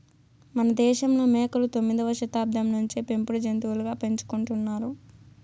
మనదేశంలో మేకలు తొమ్మిదవ శతాబ్దం నుంచే పెంపుడు జంతులుగా పెంచుకుంటున్నారు